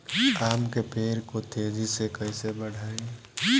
आम के पेड़ को तेजी से कईसे बढ़ाई?